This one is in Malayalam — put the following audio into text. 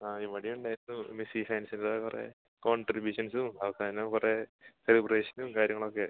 ആ ഇവിടെയും ഉണ്ടായിരുന്നു മെസ്സി ഫാൻസിൻ്റെ കുറേ കോണ്ട്രിബൂഷൻസും അവസാനം കുറേ സെലിബ്രേഷനും കാര്യങ്ങളൊക്കെ